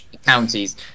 Counties